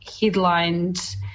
headlined